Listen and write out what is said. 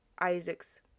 Isaac's